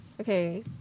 Okay